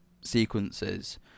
sequences